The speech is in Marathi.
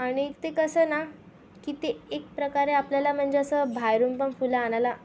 आणि ते कसं ना की ते एक प्रकारे आपल्याला म्हणजे असं बाहेरून पण फुलं आणायला